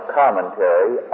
commentary